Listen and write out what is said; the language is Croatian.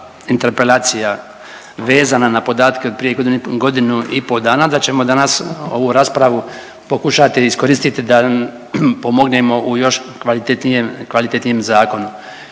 interpelacija vezana na podatke od prije godinu i po' dana, da ćemo danas ovu raspravu pokušati iskoristiti da pomognemo u još kvalitetnijem zakonu.